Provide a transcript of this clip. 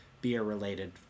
beer-related